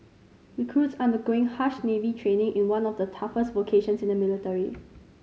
recruits undergoing harsh Navy training in one of the toughest vocations in the military